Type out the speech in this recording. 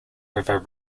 river